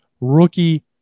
rookie